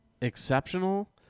exceptional